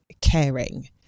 caring